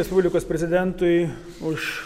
respublikos prezidentui už